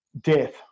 Death